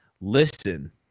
listen